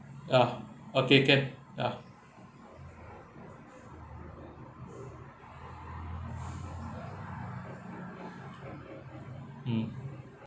ya okay can ya mm